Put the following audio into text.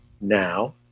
now